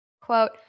Quote